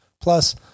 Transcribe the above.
Plus